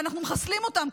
אנחנו מחסלים אותם,